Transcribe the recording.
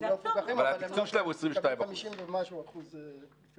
התקצוב שלהם 22%. הם